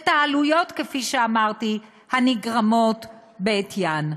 ואת העלויות, כפי שאמרתי, הנגרמות בעטיין.